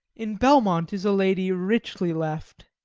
in belmont is a lady richly left,